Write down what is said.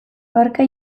barka